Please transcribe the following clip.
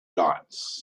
dots